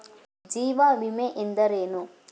ಜೀವ ವಿಮೆ ಎಂದರೇನು?